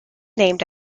named